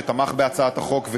שתמך בהצעת החוק,